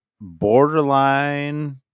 Borderline